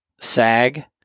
sag